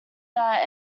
that